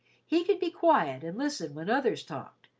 he could be quiet and listen when others talked,